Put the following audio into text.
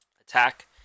attack